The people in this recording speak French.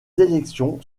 élections